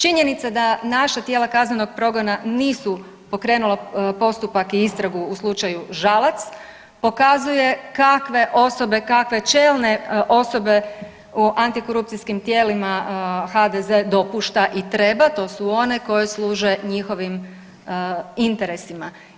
Činjenica da naša tijela kaznenog progona nisu pokrenula postupak i istragu u slučaju Žalac, pokazuje kakve osobe, kakve čelne osobe u antikorupcijskim tijelima HDZ dopušta i treba, to su one koje služe njihovim interesima.